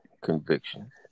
conviction